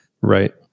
Right